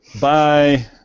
Bye